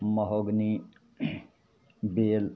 mahogany बेल